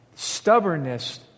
stubbornness